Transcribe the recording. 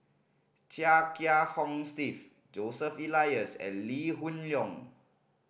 Chia Kiah Hong Steve Joseph Elias and Lee Hoon Leong